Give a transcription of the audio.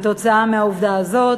כתוצאה מהעובדה הזאת.